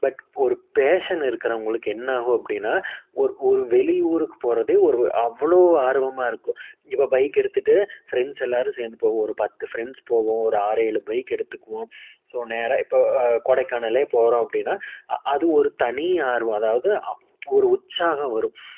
but ஒரு passion இருக்கிறவுங்களுக்கு என்ன ஆகும் அப்படின்னா ஒரு ஒரு வெளி ஊருக்கு போகிறதே ஒரு அவ்வளோ ஆர்வமாக இருக்கும் இப்போ பைக்கு எடுத்துகிட்டு ஃபிரெண்ட்ஸ் எல்லோரும் சேர்ந்து போவோம் ஒரு பத்து ஃபிரெண்ட்ஸ் போவோம் ஒரு ஆறு ஏழு பைக்கு எடுத்துக்குவோம் ஸோ நேராக இப்போ கொடைக்கானலோ போகிறோம் அப்படின்னா அது ஒரு தனி ஆர்வம் அதாவது ஒரு உற்சாகம் வரும்